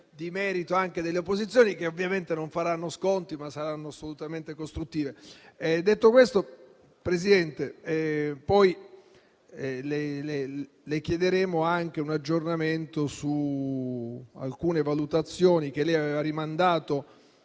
di merito anche delle opposizioni, che ovviamente non faranno sconti, ma saranno assolutamente costruttive. Detto questo, signor Presidente, le chiederemo anche un aggiornamento su alcune valutazioni che lei aveva rinviato